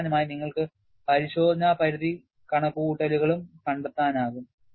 അവസാനമായി നിങ്ങൾക്ക് പരിശോധന പരിധി കണക്കുകൂട്ടലുകളും കണ്ടെത്താനാകും